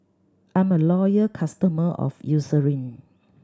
I'm a loyal customer of Eucerin